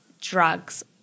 drugs